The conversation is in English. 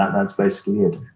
that's basically it.